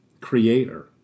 creator